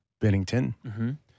Bennington